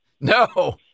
No